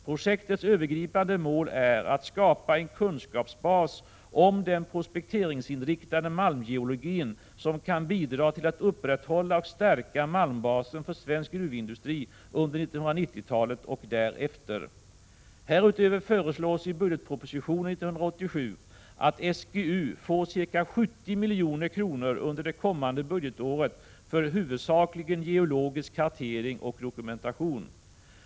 Projektets övergripande mål är att skapa en kunskapsbas om den prospekteringsinriktade malmgeologin som kan bidra till att upprätthålla och stärka malmbasen för svensk gruvindustri under 1990-talet och därefter. Härutöver föreslås i budgetpropositionen 1987 att SGU får ca 70 milj.kr. under det kommande budgetåret för huvudsakligen geologisk kartering och dokumentation.